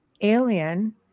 alien